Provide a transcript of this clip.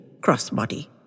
crossbody